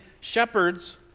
shepherds